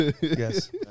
Yes